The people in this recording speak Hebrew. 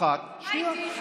מה איתי?